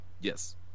Yes